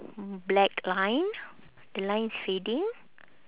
black line lines fading